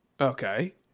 Okay